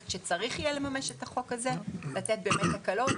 כשצריך יהיה לממש את החוק הזה לתת הקלות